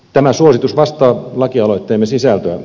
tämä suositus vastaa lakialoitteemme sisältöä